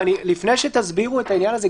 ולפני שתסבירו את העניין הזה,